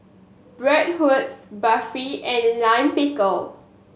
Bratwurst Barfi and Lime Pickle